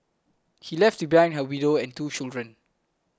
he left behind a widow and two children